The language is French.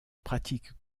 pratique